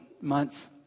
months